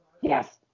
yes